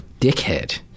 dickhead